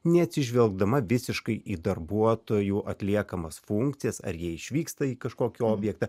neatsižvelgdama visiškai į darbuotojų atliekamas funkcijas ar jie išvyksta į kažkokį objektą